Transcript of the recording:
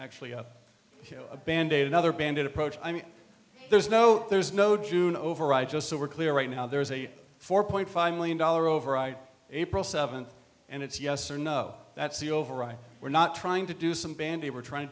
actually a a band aid another band aid approach i mean there's no there's no june override just so we're clear right now there's a four point five million dollar override april seventh and it's yes or no that's the override we're not trying to do some bamby we're trying to